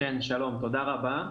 תודה רבה.